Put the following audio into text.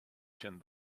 sin